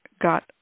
got